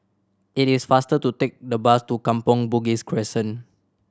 it is faster to take the bus to Kampong Bugis Crescent